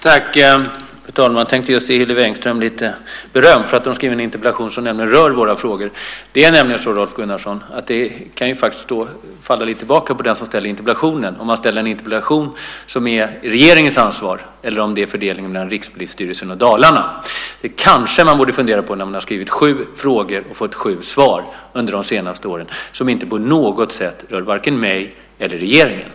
Fru talman! Jag tänkte just ge Hillevi Engström lite beröm, för hon har skrivit en interpellation som faktiskt rör våra frågor. Det är nämligen så, Rolf Gunnarsson, att en interpellation ska handla om det som är regeringens ansvar. Här handlar det om fördelningen mellan Rikspolisstyrelsen och Dalarna. Detta kanske man borde börja fundera på när man under de senaste åren har skrivit sju frågor och fått svar om detta som inte på något sätt rör mig eller regeringen.